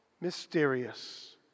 mysterious